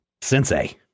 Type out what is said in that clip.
Sensei